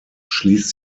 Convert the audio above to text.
schließt